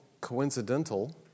coincidental